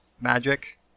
Magic